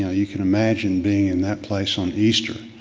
yeah you can imagine being in that place on easter.